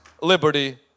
liberty